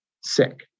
sick